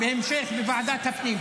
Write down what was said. בהמשך, בוועדת הפנים.